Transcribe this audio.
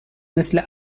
مثل